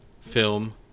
film